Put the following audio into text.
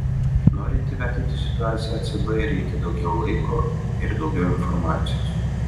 norint įvertinti situaciją ecb reikia daugiau laiko ir daugiau informacijos